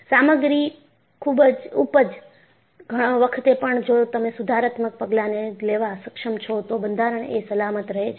સામગ્રી ઊપજ વખતે પણ જો તમે સુધારાત્મક પગલાંને લેવા સક્ષમ છો તો બંધારણ એ સલામત રહે છે